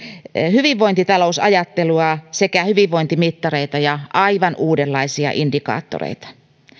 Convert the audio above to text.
hyvinvointitalousajattelua sekä hyvinvointimittareita ja aivan uudenlaisia indikaattoreita